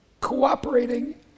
cooperating